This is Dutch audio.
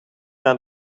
naar